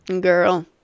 girl